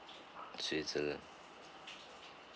switzerland